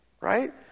right